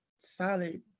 solid